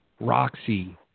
Roxy